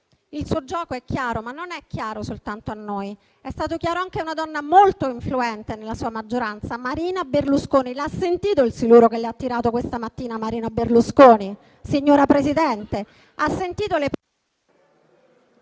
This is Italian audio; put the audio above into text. Il suo gioco è chiaro, ma non è chiaro soltanto a noi; è stato chiaro anche a una donna molto influente nella sua maggioranza, Marina Berlusconi. Ha sentito il siluro che le ha tirato questa mattina Marina Berlusconi, signora Presidente? Ha sentito le…